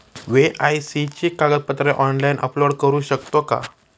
KYC ची कागदपत्रे online upload करू शकतो का?